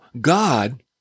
God